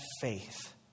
faith